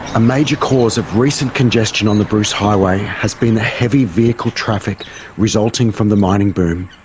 a major cause of recent congestion on the bruce highway has been the heavy-vehicle traffic resulting from the mining boom.